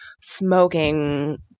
smoking